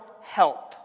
help